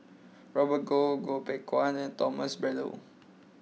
Robert Goh Goh Beng Kwan and Thomas Braddell